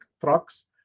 trucks